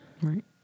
Right